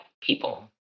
people